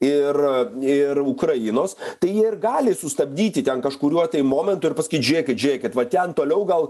ir ir ukrainos tai ir gali sustabdyti ten kažkuriuo momentu ir pasakyt žėkit žėkit va ten toliau gal